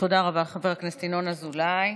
תודה רבה, חבר הכנסת ינון אזולאי.